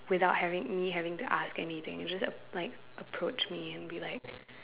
without having me having to ask anything it'll just like approach me and be like